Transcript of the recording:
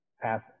pass